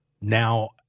Now